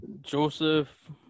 Joseph